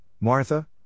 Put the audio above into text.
Martha